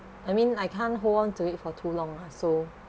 I mean I can't hold on to it for too long lah so